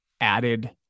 added